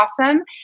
awesome